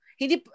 hindi